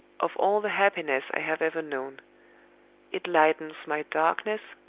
of all the happiness i have ever known it lightens my darkness,